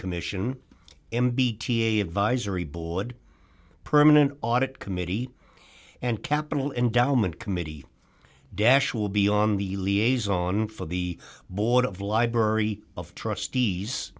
commission m b t a advisory board permanent audit committee and capital endowment committee dash will be on the liaison for the board of library of trustees